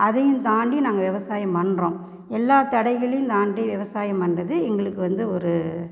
அதையும் தாண்டி நாங்கள் விவசாயம் பண்ணுறோம் எல்லா தடைகளையும் தாண்டி விவசாயம் பண்ணுறது எங்களுக்கு வந்து ஒரு